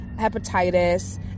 hepatitis